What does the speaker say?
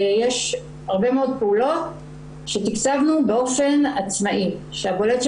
יש הרבה מאוד פעולות שתקצבנו באופן עצמאי שהבולטת